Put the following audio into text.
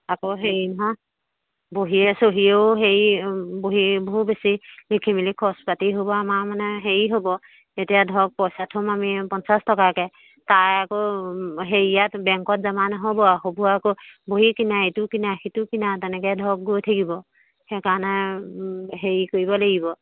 আকৌ হেৰি নহয় বহিয়ে চহিয়েও হেৰি বহি বহু বেছি লিখি মেলি খৰচ পাতি হ'ব আমাৰ মানে হেৰি হ'ব এতিয়া ধৰক পইচা থম আমি পঞ্চাছ টকাকে তাই আকৌ হেৰিয়াত বেংকত জমা নহ'ব হ'ব আকৌ বহি কিনা এইটো কিনা সেইটো কিনা তেনেকে ধৰক গৈ থাকিব সেইকাৰণে হেৰি কৰিব লাগিব